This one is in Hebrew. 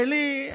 שלי,